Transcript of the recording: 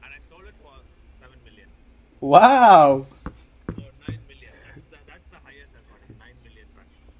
!wow!